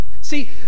See